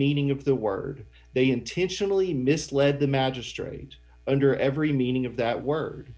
meaning of the word they intentionally misled the magistrate under every meaning of that word